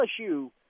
LSU